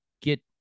get